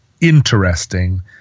interesting